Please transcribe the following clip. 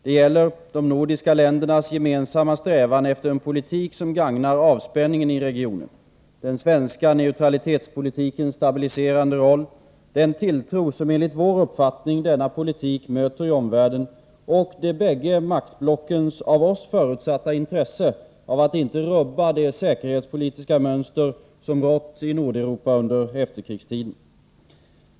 Det gäller de nordiska ländernas gemensamma strävan efter en politik som gagnar avspänningen i regionen, den svenska neutralitetspolitikens stabiliserande roll, den tilltro som enligt vår uppfattning denna politik möter i omvärlden och de bägge maktblockens av oss förutsatta intresse av att inte rubba det säkerhetspolitiska mönster som rått i Nordeuropa under efterkrigstiden.